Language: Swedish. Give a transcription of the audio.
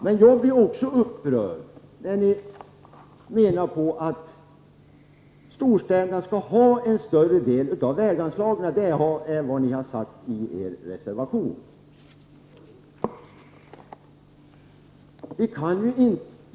Men jag blir också upprörd när ni menar att storstäderna skall ha en större del av väganslagen. Det är vad ni har sagt i er reservation.